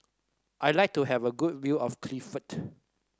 I like to have a good view of Cardiff